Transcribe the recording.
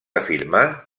afirmar